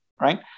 right